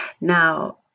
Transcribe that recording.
now